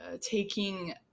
taking